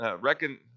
reckon